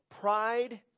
pride